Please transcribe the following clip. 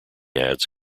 ads